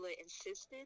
insisted